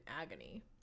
agony